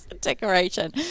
decoration